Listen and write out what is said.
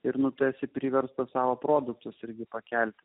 ir nutarsi priverstas savo produktus irgi pakelti